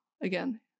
again